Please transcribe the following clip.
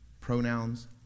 pronouns